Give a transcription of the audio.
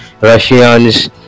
Russians